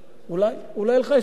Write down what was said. אז אולי, אולי לך יש תשובה.